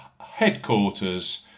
headquarters